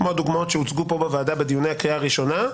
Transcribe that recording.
כמו הדוגמאות שהוצגו פה בוועדה בדיוני הקריאה הראשונה,